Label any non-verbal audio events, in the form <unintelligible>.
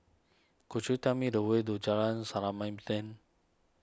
could you tell me the way to Jalan <unintelligible>